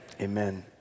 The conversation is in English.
Amen